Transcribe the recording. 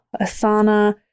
Asana